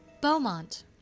Beaumont